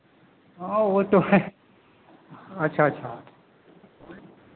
हाँ वह तो है अच्छा अच्छा